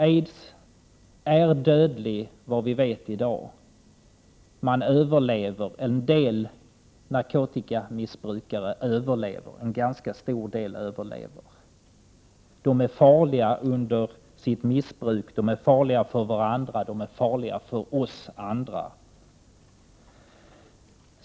Aids är dödligt, efter vad vi vet i dag, medan en ganska stor del narkotikamissbrukare överlever, även om de är farliga under sitt missbruk, farliga för varandra och för oss andra.